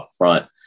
upfront